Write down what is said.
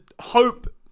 hope